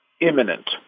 imminent